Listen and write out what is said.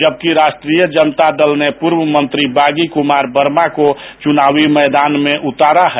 जबकि राष्ट्रीय जनता दल ने पूर्व मंत्री बागी कुमार वर्मा को चुनावी मैदान में उतारा है